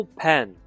pen